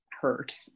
hurt